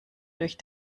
durch